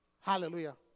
Hallelujah